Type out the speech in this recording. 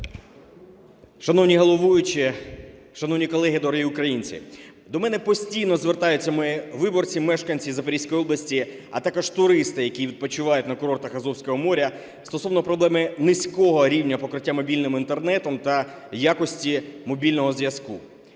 Шановні головуючі, шановні колеги, дорогі українці! До мене постійно звертаються мої виборці, мешканці Запорізької області, а також туристи, які відпочивають на курортах Азовського моря стосовно проблеми низького рівня покриття мобільним Інтернетом та якості мобільного зв'язку.